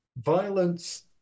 violence